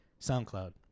SoundCloud